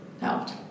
helped